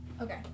Okay